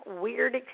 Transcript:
weird